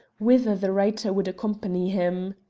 whither the writer would accompany him.